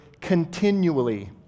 continually